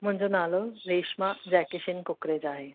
मुंहिंजो नालो रेशमा जय किशन कुकरेजा आहे